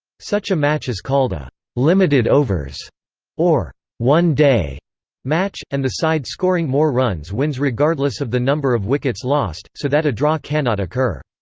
such a match is called a limited overs or one-day match, and the side scoring more runs wins regardless of the number of wickets lost, so that a draw cannot occur.